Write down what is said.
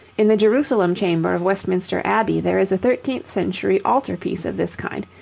in the jerusalem chamber of westminster abbey there is a thirteenth-century altar-piece of this kind,